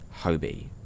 Hobie